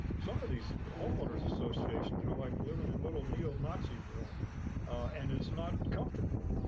some of these homeowners associations are like living in little neo-naziville and it's not comfortable.